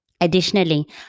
Additionally